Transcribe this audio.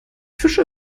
fische